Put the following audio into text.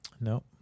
No